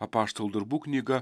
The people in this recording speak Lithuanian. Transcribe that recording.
apaštalų darbų knyga